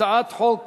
הצעת חוק